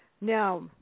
Now –